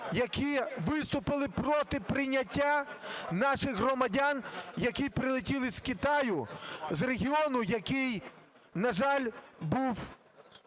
які виступити проти прийняття наших громадян, які прилетіли з Китаю, з регіону, який, на жаль, був